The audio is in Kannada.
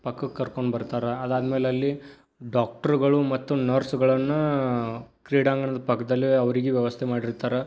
ಪಕ್ಕಕ್ಕೆ ಕರ್ಕೊಂಬರ್ತಾರೆ ಅದು ಆದ ಮೇಲೆ ಅಲ್ಲಿ ಡಾಕ್ಟ್ರುಗಳು ಮತ್ತು ನರ್ಸ್ಗಳನ್ನು ಕ್ರೀಡಾಂಗಣದ ಪಕ್ಕದಲ್ಲಿ ಅವ್ರಿಗೆ ವ್ಯವಸ್ಥೆ ಮಾಡಿರ್ತಾರೆ